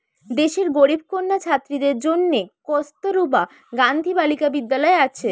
দেশের গরিব কন্যা ছাত্রীদের জন্যে কস্তুরবা গান্ধী বালিকা বিদ্যালয় আছে